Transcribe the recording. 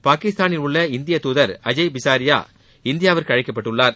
பாகிஸ்தானில் உள்ள இந்திய தூதர் அஜய் பிசாரியா இந்தியாவிற்கு அழைக்கப்பட்டுள்ளார்